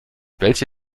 welche